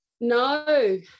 No